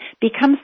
becomes